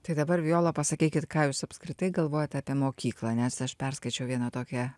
tai dabar viola pasakykit ką jūs apskritai galvojat apie mokyklą nes aš perskaičiau vieną tokią